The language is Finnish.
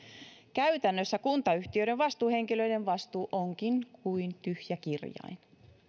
käytännössä kuntayhtiöiden vastuuhenkilöiden vastuu onkin kuin tyhjä kirjain